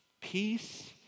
Peace